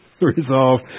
resolve